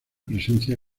presencia